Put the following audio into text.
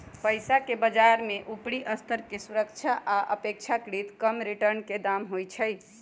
पइसाके बजार में उपरि स्तर के सुरक्षा आऽ अपेक्षाकृत कम रिटर्न के दाम होइ छइ